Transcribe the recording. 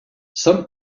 some